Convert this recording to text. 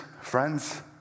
friends